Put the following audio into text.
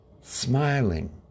smiling